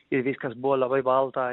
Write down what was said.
i viskas buvo labai balta